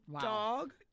dog